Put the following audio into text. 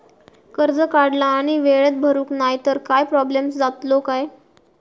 कर्ज काढला आणि वेळेत भरुक नाय तर काय प्रोब्लेम जातलो काय?